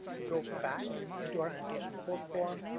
go back into our annotation report form,